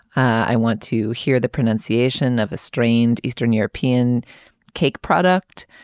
i want to hear the pronunciation of a strained eastern european cake product.